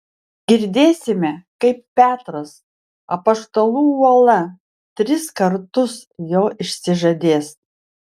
girdėsime kaip petras apaštalų uola tris kartus jo išsižadės